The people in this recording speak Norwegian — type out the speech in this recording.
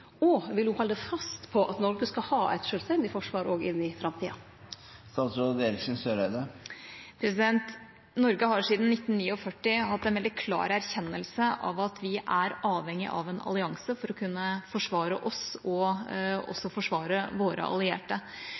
og vil ho halde fast på at Noreg skal ha eit sjølvstendig forsvar òg inn i framtida? Norge har siden 1949 hatt en veldig klar erkjennelse av at vi er avhengig av en allianse for å kunne forsvare oss og også forsvare våre allierte.